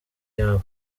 yabo